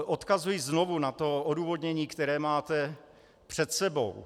Odkazuji znovu na odůvodnění, které máte před sebou.